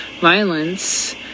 violence